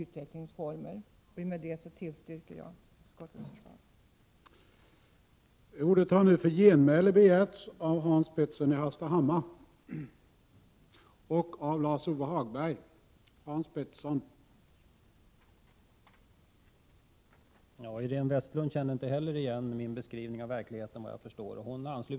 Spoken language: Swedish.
1987/88:86 utvecklingsformer. 17 mars 1988 Med detta vill jag tillstyrka utskottets förslag. Säskildarsälbrblbalb ärsKuda regionalpolt